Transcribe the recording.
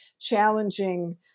challenging